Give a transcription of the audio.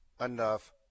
enough